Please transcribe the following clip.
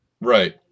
Right